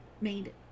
made